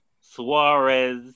Suarez